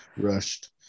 rushed